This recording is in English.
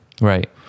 Right